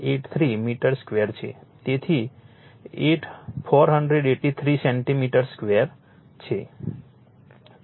0483 metre square છે તેથી 483 centimetre square છે